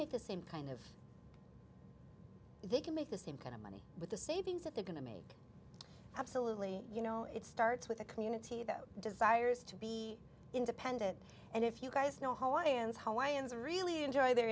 make the same kind of they can make the same kind of money with the savings that they're going to make absolutely you know it starts with a community that desires to be independent and if you guys know how and how ions really enjoy their